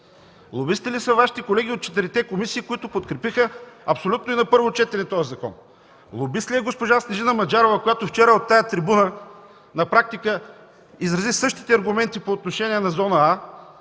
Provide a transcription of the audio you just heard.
Лобисти ли са Вашите колеги от четирите комисии, които подкрепиха абсолютно на първо четене този закон? Лобист ли е госпожа Снежина Маджарова, която вчера от тази трибуна на практика изрази същите аргументи по отношение на зона „А”